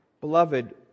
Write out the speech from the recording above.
Beloved